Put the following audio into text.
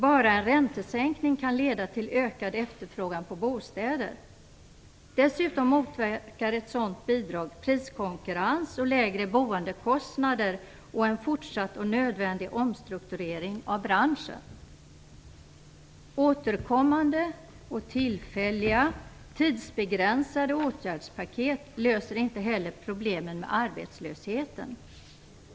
Bara en räntesänkning kan leda till ökad efterfrågan på bostäder. Dessutom motverkar ett sådant bidrag priskonkurrens och lägre boendekostnader och en fortsatt och nödvändig omstrukturering av branschen. Återkommande och tillfälliga tidsbegränsade åtgärdspaket löser inte heller problemen med arbetslösheten.